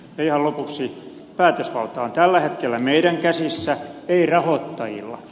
ihan lopuksi päätösvalta on tällä hetkellä meidän käsissämme ei rahoittajilla